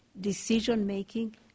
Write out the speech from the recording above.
decision-making